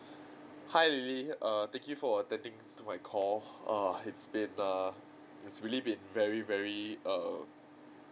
hi lily err thank you for attending to my call err it's been err it's really been very very err